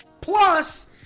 Plus